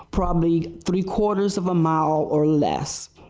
probably three quarters of a mile or list.